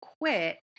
quit